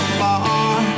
far